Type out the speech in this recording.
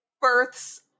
births